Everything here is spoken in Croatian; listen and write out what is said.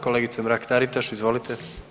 Kolegice Mrak Taritaš, izvolite.